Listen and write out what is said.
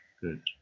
Good